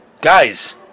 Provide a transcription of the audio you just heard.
Guys